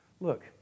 Look